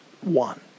one